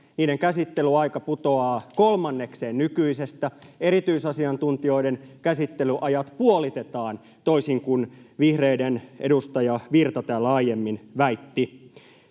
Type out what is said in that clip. Niiden käsittelyaika putoaa kolmannekseen nykyisestä, erityisasiantuntijoiden käsittelyajat puolitetaan, toisin kuin vihreiden edustaja Virta täällä aiemmin väitti.